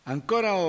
Ancora